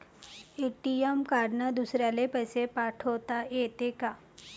ATM कार्डने दुसऱ्याले पैसे पाठोता येते का?